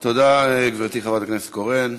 תודה, גברתי חברת הכנסת קורן.